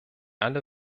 alle